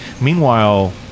Meanwhile